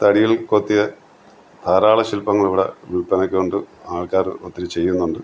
തടിയിൽ കൊത്തിയ ധാരാളം ശില്പങ്ങൾ ഇവിടെ വിൽപനയ്ക്കുണ്ട് ആൾക്കാർ ഒത്തിരി ചെയ്യുന്നുണ്ട്